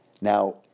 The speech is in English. now